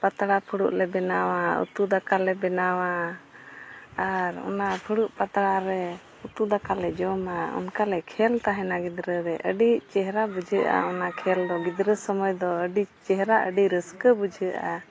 ᱯᱟᱛᱲᱟ ᱯᱷᱩᱲᱩᱜ ᱞᱮ ᱵᱮᱱᱟᱣᱟ ᱩᱛᱩ ᱫᱟᱠᱟ ᱞᱮ ᱵᱮᱱᱟᱣᱟ ᱟᱨ ᱚᱱᱟ ᱯᱷᱩᱲᱩᱜ ᱯᱟᱛᱲᱟ ᱨᱮ ᱩᱛᱩ ᱫᱟᱠᱟ ᱞᱮ ᱡᱚᱢᱟ ᱚᱱᱠᱟᱞᱮ ᱠᱷᱮᱹᱞ ᱛᱟᱦᱮᱱᱟ ᱜᱤᱫᱽᱨᱟᱹ ᱨᱮ ᱟᱹᱰᱤ ᱪᱮᱦᱮᱨᱟ ᱵᱩᱡᱷᱟᱹᱣᱜᱼᱟ ᱚᱱᱟ ᱠᱷᱮᱹᱞ ᱫᱚ ᱜᱤᱫᱽᱨᱟᱹ ᱥᱚᱢᱚᱭ ᱫᱚ ᱟᱹᱰᱤ ᱪᱮᱦᱮᱨᱟ ᱟᱹᱰᱤ ᱨᱟᱹᱥᱠᱟᱹ ᱵᱩᱡᱷᱟᱹᱜᱼᱟ